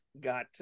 got